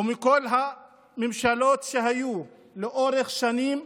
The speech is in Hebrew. ומכל הממשלות שהיו לאורך שנים,